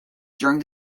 during